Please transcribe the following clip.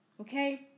okay